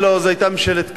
לא, זאת היתה ממשלת קדימה,